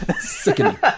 Sickening